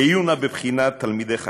היו נא בבחינת תלמידי חכמים.